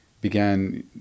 began